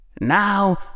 now